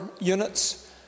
units